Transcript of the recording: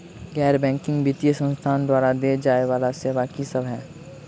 गैर बैंकिंग वित्तीय संस्थान द्वारा देय जाए वला सेवा की सब है?